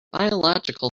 biological